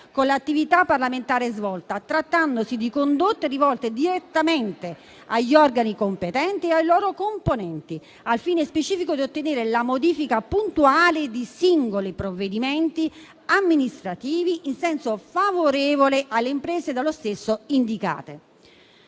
con l'attività parlamentare svolta, trattandosi di condotte rivolte direttamente agli organi competenti e ai loro componenti, al fine specifico di ottenere la modifica puntuale di singoli provvedimenti amministrativi in senso favorevole alle imprese dallo stesso indicate.